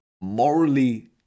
morally